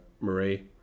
Marie